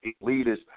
leaders